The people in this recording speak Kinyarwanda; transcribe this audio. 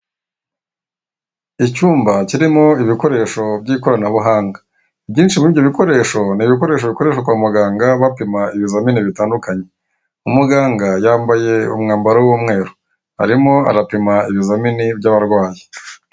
Icyumba kirimo ibikoresho by'ikoranabuhanga, ibyinshi mu ibyo bikoresho ni ibikoreshwa kwa muganga bapima ibizamini bitandukanye, umuganga yambaye umwambaro w'umweru arimo arapima ibizamini by'abarwayi.